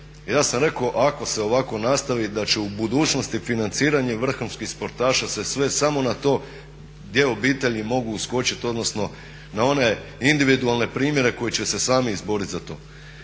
ja sam rekao ako se ovako nastavi da će u budućnosti financiranje vrhunskih sportaša se svesti samo na to gdje obitelji mogu uskočiti, odnosno na one individualne primjere koji će se sami izboriti za to.